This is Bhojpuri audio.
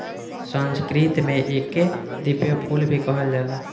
संस्कृत में एके दिव्य फूल भी कहल जाला